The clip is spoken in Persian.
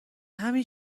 همین